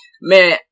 Man